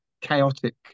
chaotic